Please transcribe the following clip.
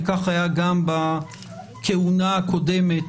וכך היה גם בכהונה הקודמת,